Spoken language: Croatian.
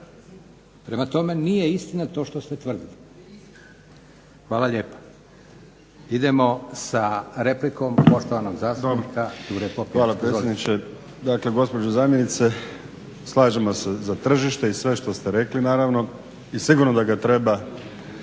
Prema tome, nije istina to što ste tvrdili. Hvala lijepa. Idemo sa replikom poštovanog zastupnika Đure Popijača. Izvolite. **Popijač, Đuro (HDZ)** Hvala predsjedniče. Dakle, gospođo zamjenice slažemo se za tržište i sve što ste rekli naravno i sigurno da ga treba